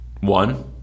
One